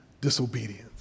disobedience